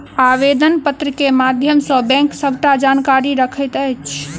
आवेदन पत्र के माध्यम सॅ बैंक सबटा जानकारी रखैत अछि